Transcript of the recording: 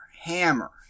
hammer